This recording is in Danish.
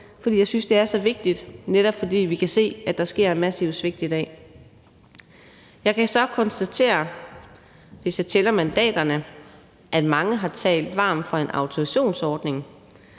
fordi vi synes, det er så vigtigt, netop fordi vi kan se, at der sker massive svigt i dag. Jeg kan så konstatere, hvis jeg tæller mandaterne, at mange har talt varmt for en autorisationsordning,